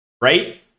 right